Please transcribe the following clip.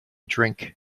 drink